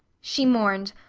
she mourned,